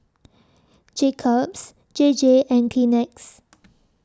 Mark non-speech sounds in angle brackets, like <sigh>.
Jacob's J J and Kleenex <noise>